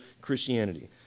Christianity